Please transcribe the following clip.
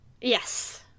Yes